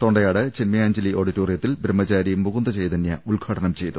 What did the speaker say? തൊണ്ടയാട് ചിന്മയാഞ്ജലി ഓഡിറ്റോറിയത്തിൽ ബ്രഹ്മചാരി മുകുന്ദ ചൈതനൃ ഉദ്ഘാടനം ചെയ്തു